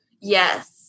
Yes